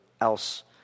else